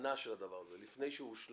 ההכנה של הדבר הזה, לפני שהושלם